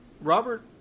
Robert